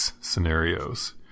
scenarios